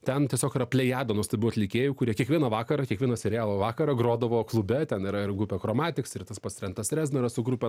ten tiesiog yra plejada nuostabių atlikėjų kurie kiekvieną vakarą kiekvieno serialo vakarą grodavo klube ten yra ir grupė chromatiks ir tas pats trentas reznoras su grupe